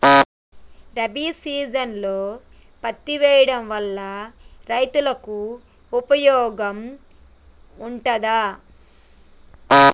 రబీ సీజన్లో పత్తి వేయడం వల్ల రైతులకు ఉపయోగం ఉంటదా?